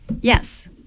yes